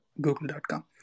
google.com